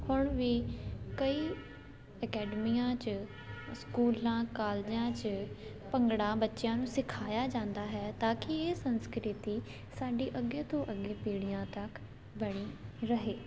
ਹੁਣ ਵੀ ਕਈ ਅਕੈਡਮੀਆਂ 'ਚ ਸਕੂਲਾਂ ਕਾਲਜਾਂ 'ਚ ਭੰਗੜਾ ਬੱਚਿਆਂ ਨੂੰ ਸਿਖਾਇਆ ਜਾਂਦਾ ਹੈ ਤਾਂ ਕਿ ਇਹ ਸੰਸਕ੍ਰਿਤੀ ਸਾਡੀ ਅੱਗੇ ਤੋਂ ਅੱਗੇ ਪੀੜ੍ਹੀਆਂ ਤੱਕ ਬਣੀ ਰਹੇ